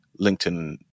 LinkedIn